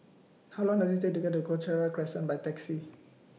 How Long Does IT Take to get to Cochrane Crescent By Taxi